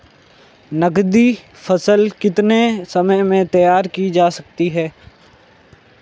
नगदी फसल कितने समय में तैयार की जा सकती है?